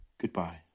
goodbye